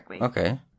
okay